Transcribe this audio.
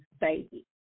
baby